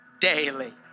daily